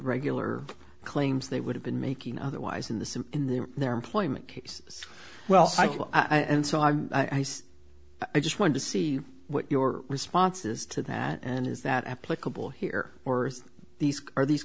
regular claims they would have been making otherwise in the suit in their their employment case well i and so i'm i just want to see what your responses to that and is that applicable here or these are these